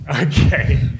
Okay